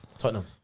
Tottenham